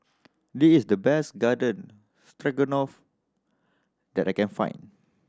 this is the best Garden Stroganoff that I can find